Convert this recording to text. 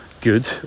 good